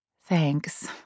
Thanks